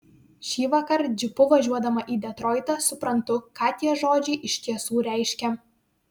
šįvakar džipu važiuodama į detroitą suprantu ką tie žodžiai iš tiesų reiškia